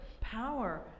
power